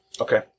Okay